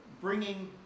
bringing